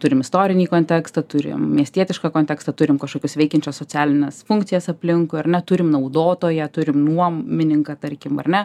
turim istorinį kontekstą turim miestietišką kontekstą turim kažkokius veikiančias socialines funkcijas aplinkui ar ne turim naudotoją turim nuomininką tarkim ar ne